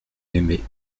aimé